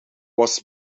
was